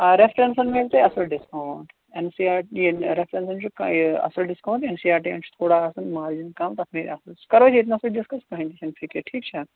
آ ریفرَنسن ملہِ تۄہہِ اصل ڈِسکاوُنٹ این سی آر یِم ریفرَنسن چھُ یہِ اصل discount N C R T ین چھُ تھوڑا آسان مارجن کَم تَتھ ملہِ اصل سُہ کَرو أسۍ ییتنسٕے ڈِسکَس کٕہٕنۍ تہِ چھَنہٕ فِکر ٹھیٖک چھا